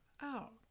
out